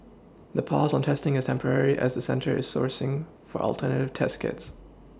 the pause on testing is temporary as the centre is sourcing for alternative test kits